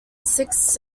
six